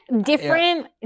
different